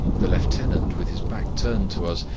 the lieutenant, with his back turned to us,